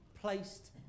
placed